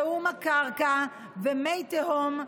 זיהום הקרקע ומי תהום,